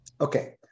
Okay